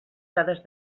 dades